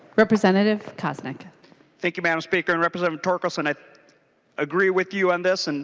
representative koznick thank you mme. and speaker. and representative torkelson i agree with you on this. and